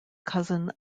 cousin